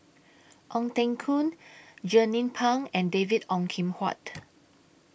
Ong Teng Koon Jernnine Pang and David Ong Kim Huat